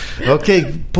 Okay